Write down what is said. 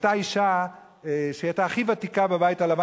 היתה אשה שהיתה הכי ותיקה בבית הלבן,